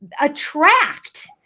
attract